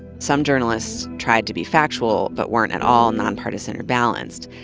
some journalists tried to be factual, but weren't at all nonpartisan or balanced.